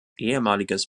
ehemaliges